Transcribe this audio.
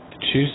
choose